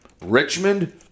Richmond